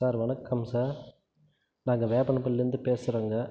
sir வணக்கம் sir நாங்கள் வேப்பனப்பள்ளிலேருந்து பேசுகிறோங்க